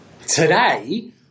Today